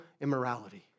immorality